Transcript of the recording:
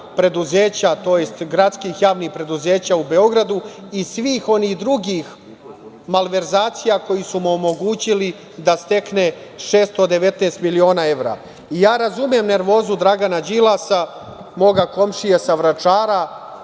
preduzeća, tj. gradskih javnih preduzeća u Beogradu, i svih onih drugih malverzacija koje su mu omogućile da stekne 619 miliona evra. Razumem nervozu Dragana Đilasa, moga komšije sa Vračara,